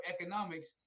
economics